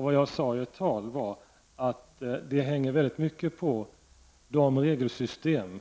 Vad jag sade i ett tal var att det hänger mycket på de regelsystem,